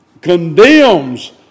condemns